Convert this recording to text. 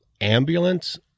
Ambulance